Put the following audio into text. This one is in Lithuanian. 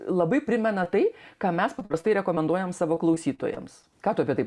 labai primena tai ką mes paprastai rekomenduojam savo klausytojams ką tu apie tai